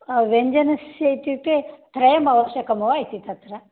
व्यजनस्य इत्युक्ते त्रयम् अवश्यकं वा इति तत्र